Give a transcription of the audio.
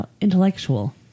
intellectual